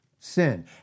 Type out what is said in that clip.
Sin